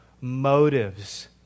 motives